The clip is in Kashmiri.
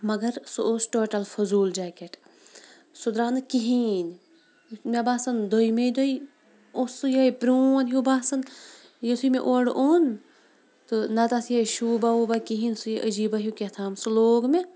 مگر سُہ اوس ٹوٹَل فٔضوٗل جیکیٹ سُہ درٛاو نہٕ کِہیٖنۍ مےٚ باسان دۄیِمے دۄہۍ اوس سُہ یوٚہَے پرٛون ہیوٗ باسان یُتھُے مےٚ اورٕ اوٚن تہٕ نہ تَتھ یِہٕے شوٗبا ووٗبا کِہیٖنۍ سُہ یہِ عجیٖبا ہیوٗ کیٛاتھام سُہ لوگ مےٚ